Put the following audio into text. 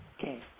Okay